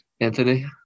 Anthony